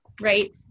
right